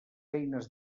eines